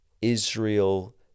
Israel